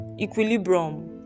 equilibrium